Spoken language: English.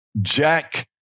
Jack